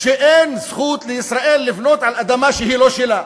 שאין זכות לישראל לבנות על אדמה שהיא לא שלה.